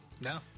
No